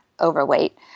overweight